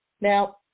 Now